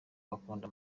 bakunda